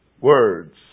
words